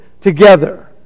together